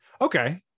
Okay